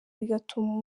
bigatuma